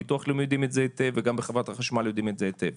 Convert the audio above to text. ביטוח לאומי יודעים את זה היטב וגם בחברת החשמל יודעים את זה היטב.